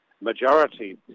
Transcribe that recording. majority